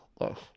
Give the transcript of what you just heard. Yes